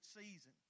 season